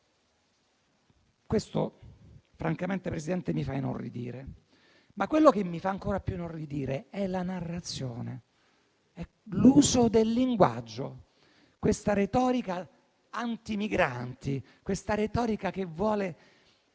Questo francamente, Presidente, mi fa inorridire, ma quello che mi fa ancora più inorridire è la narrazione e l'uso del linguaggio, questa retorica anti-migranti, questa retorica che vuole